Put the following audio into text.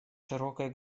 широкой